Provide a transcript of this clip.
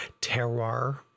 terroir